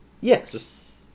Yes